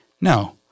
no